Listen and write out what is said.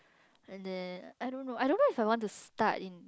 and then I do not know I do not know if I want to start in